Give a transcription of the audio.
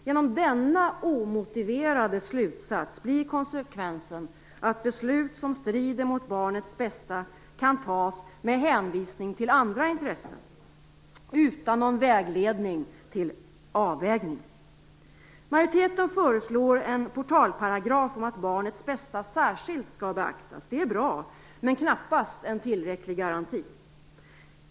Genom denna omotiverade slutsats blir konsekvensen att beslut som strider mot barnets bästa kan fattas med hänvisning till andra intressen, utan vägledning för vilka avvägningar som kan göras. Majoriteten föreslår en portalparagraf om att barnets bästa särskilt skall beaktas. Det är bra men knappast en tillräcklig garanti.